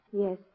Yes